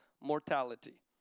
mortality